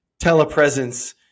telepresence